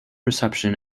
reception